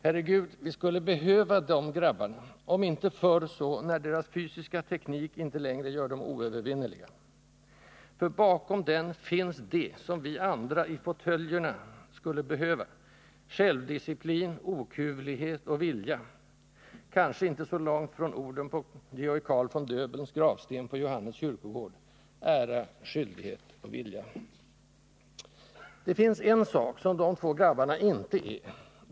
Herregud, vi skulle behöva de grabbarna, om inte förr, så när deras fysiska teknik inte längre gör dem oövervinneliga. För bakom den finns det som vi andra, i fåtöljerna, skulle behöva: självdisciplin, okuvlighet och vilja — kanske inte så långt från orden på Georg Carl von Döbelns gravsten på Johannes kyrkogård: Ära, skyldighet och vilja. Det finns en sak som de två grabbarna inte är.